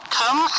come